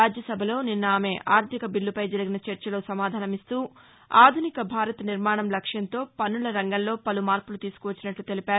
రాజ్యసభలో నిన్న ఆమె ఆర్లిక బిల్లుపై జరిగిన చర్చలో సమాధానమిస్తూ ఆధునిక భారత్ నిర్మాణం లక్ష్మంతో పన్నుల రంగంలో పలు మార్పులు తీసుకువచ్చినట్లు తెలిపారు